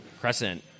Crescent